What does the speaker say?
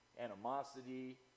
animosity